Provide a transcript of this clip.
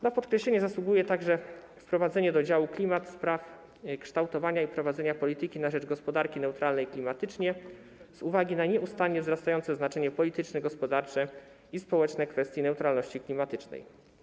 Na podkreślenie zasługuje także wprowadzenie do działu: klimat spraw kształtowania i prowadzenia polityki na rzecz gospodarki neutralnej klimatycznie z uwagi na nieustannie wzrastające znaczenie polityczne, gospodarcze i społeczne kwestii neutralności klimatycznej.